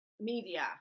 media